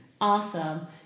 Awesome